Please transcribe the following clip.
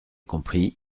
compris